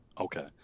Okay